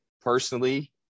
personally